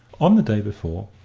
on the day before,